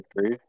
three